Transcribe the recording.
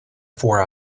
four